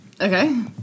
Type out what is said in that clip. Okay